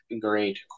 great